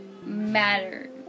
matter